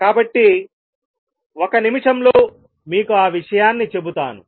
కాబట్టి ఒక నిమిషం లో మీకు ఆ విషయాన్ని చెబుతాను